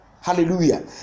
hallelujah